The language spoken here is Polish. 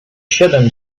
siedem